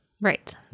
Right